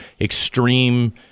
extreme